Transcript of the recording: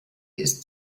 ist